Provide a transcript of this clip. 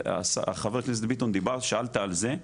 ח"כ ביטון שאלת על זה.